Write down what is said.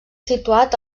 situat